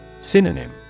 Synonym